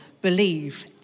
believe